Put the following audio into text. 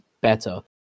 better